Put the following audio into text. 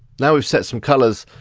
now we've set some colours,